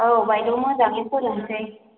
औ बायद' मोजाङै फोरोंलै